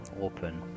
open